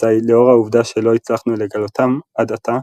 אזי לאור העובדה שלא הצלחנו לגלותם עד עתה,